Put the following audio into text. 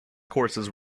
courses